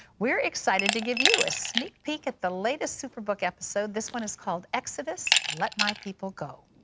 we're excited to give you a sneak peek at the latest superbook episode. this one is called exodus let my people go.